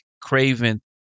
Craven